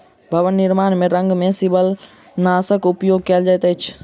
भवन निर्माण में रंग में शिवालनाशक उपयोग कयल जाइत अछि